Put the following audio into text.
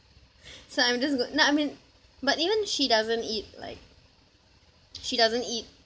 so I'm just going no I mean but even she doesn't eat like she doesn't eat